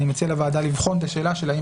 אני מציע לוועדה לבחון את השאלה של האם